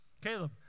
Caleb